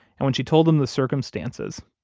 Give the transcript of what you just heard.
and when she told them the circumstances,